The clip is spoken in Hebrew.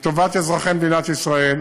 לטובת אזרחי מדינת ישראל.